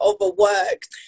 overworked